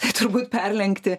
tai turbūt perlenkti